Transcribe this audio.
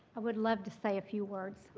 i would love to say a few words.